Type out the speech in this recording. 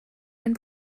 ein